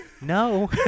no